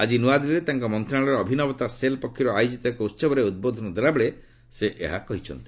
ଆଜି ନୂଆଦିଲ୍ଲୀରେ ତାଙ୍କ ମନ୍ତ୍ରଣାଳୟର ଅଭିନବତା ସେଲ୍ ପକ୍ଷରୁ ଆୟୋଜିତ ଏକ ଉତ୍ସବରେ ଉଦ୍ବୋଧନ ଦେଲାବେଳେ ସେ ଏହା କହିଛନ୍ତି